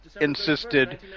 insisted